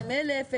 אוקיי.